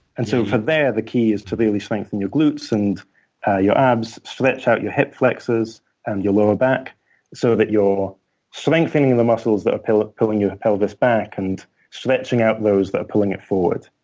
and so from there, the key is to really strengthen your glutes and ah your abs, stretch out your hip flexors and your lower back so that you're strengthening the muscles that are pulling your pelvis back and stretching out those that are pulling it forward.